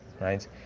right